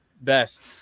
best